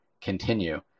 continue